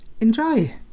enjoy